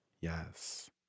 Yes